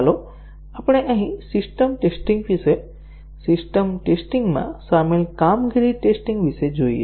ચાલો આપણે અહીં સિસ્ટમ ટેસ્ટીંગ વિશે સિસ્ટમ ટેસ્ટીંગ માં સામેલ કામગીરી ટેસ્ટીંગ વિશે જોઈએ